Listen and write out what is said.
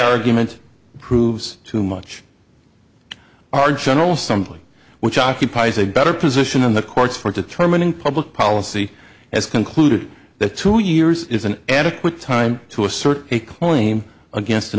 argument proves too much our general something which occupies a better position in the courts for determining public policy has concluded that two years is an adequate time to assert a claim against